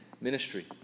ministry